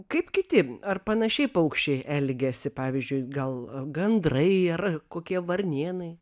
kaip kiti ar panašiai paukščiai elgiasi pavyzdžiui gal gandrai ar kokie varnėnai